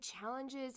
challenges